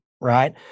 right